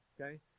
Okay